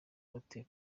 bate